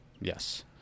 Yes